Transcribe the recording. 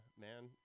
man